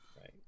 right